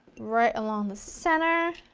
right along the center.